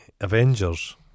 Avengers